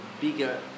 bigger